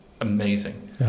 Amazing